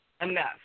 enough